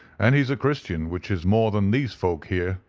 and he's a christian, which is more than these folk here,